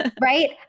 Right